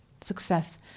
success